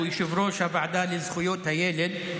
שהוא יושב-ראש הוועדה לזכויות הילד.